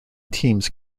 teams